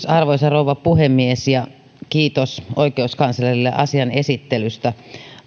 arvoisa rouva puhemies kiitos oikeuskanslerille asian esittelystä